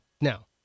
Now